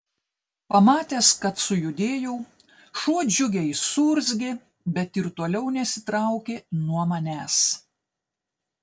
pamatęs kad sujudėjau šuo džiugiai suurzgė bet ir toliau nesitraukė nuo manęs